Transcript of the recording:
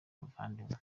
muvandimwe